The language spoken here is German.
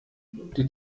die